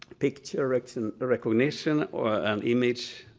picture ah and recognition or an image